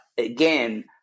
Again